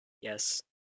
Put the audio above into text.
Yes